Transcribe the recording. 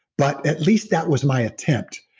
but at least that was my attempt,